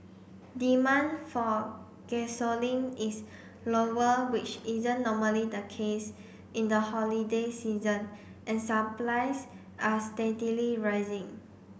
demand for gasoline is lower which isn't normally the case in the holiday season and supplies are steadily rising